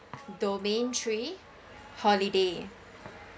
domain three holiday